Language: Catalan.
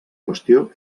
qüestió